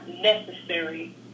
necessary